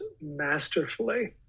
masterfully